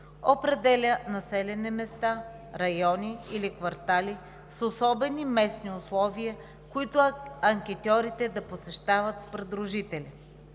определя населени места, райони или квартали с особени местни условия, които анкетьорите да посещават с придружители;